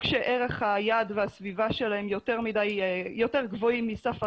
שערך היעד והסביבה שלהם יותר גבוהים מסף הריח,